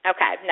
Okay